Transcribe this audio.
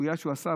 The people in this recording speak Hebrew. בריאה שהוא עשה,